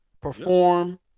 perform